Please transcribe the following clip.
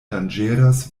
danĝeras